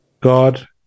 God